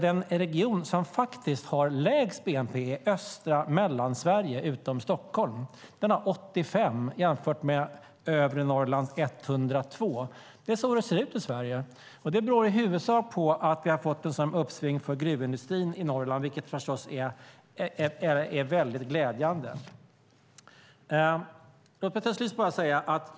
Den region som har lägst bnp är Östra Mellansverige utom Stockholm. Den har 85, jämfört med Övre Norrlands 102. Så ser det ut i Sverige. Detta beror i huvudsak på att vi har fått ett sådant uppsving för gruvindustrin i Norrland, vilket förstås är mycket glädjande.